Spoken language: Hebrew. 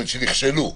שנכשלו,